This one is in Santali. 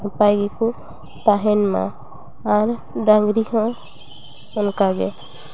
ᱱᱟᱯᱟᱭ ᱜᱮᱠᱚ ᱛᱟᱦᱮᱱ ᱢᱟ ᱟᱨ ᱰᱟᱝᱨᱤ ᱦᱚᱸ ᱚᱱᱠᱟᱜᱮ